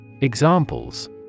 Examples